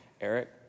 Eric